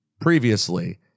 previously